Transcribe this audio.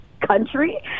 country